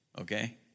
Okay